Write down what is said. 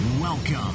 Welcome